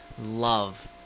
love